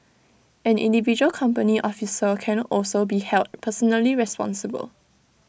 an individual company officer can also be held personally responsible